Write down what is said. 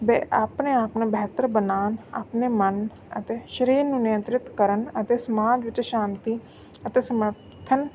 ਬੇ ਆਪਣੇ ਆਪ ਨੂੰ ਬਿਹਤਰ ਬਣਾਉਣ ਆਪਣੇ ਮਨ ਅਤੇ ਸਰੀਰ ਨੂੰ ਨਿਯੰਤਰਿਤ ਕਰਨ ਅਤੇ ਸਮਾਜ ਵਿੱਚ ਸ਼ਾਂਤੀ ਅਤੇ ਸਮਰਥਨ